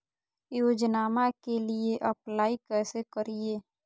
योजनामा के लिए अप्लाई कैसे करिए?